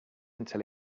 until